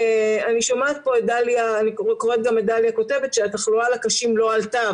אני קוראת פה את דליה כותבת שהתחלואה לקשים לא עלתה,